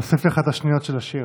אוסיף לך את השניות של השיר.